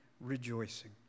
rejoicing